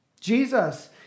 Jesus